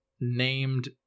named